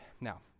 Now